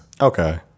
Okay